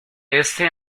este